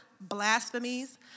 blasphemies